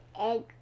egg